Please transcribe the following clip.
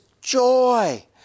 joy